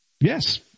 Yes